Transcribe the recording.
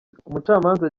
umucamanza